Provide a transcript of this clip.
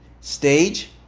stage